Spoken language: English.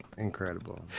incredible